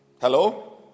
Hello